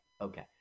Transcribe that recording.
Okay